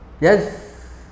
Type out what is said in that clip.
Yes